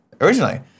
Originally